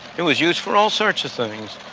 it was used for all sorts of things.